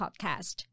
podcast